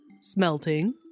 Smelting